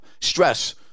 stress